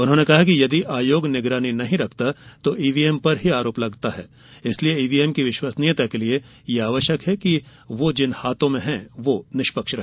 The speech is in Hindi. उन्होंने कहा कि यदि आयोग निगरानी नहीं रखता तो ईवीएम पर ही आरोप लगता है इसलिए ईवीएम की विश्वसनीयता के लिए यह आवश्यक है कि जिन हाथों में वो हैं वो निष्पक्ष रहे